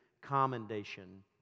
commendation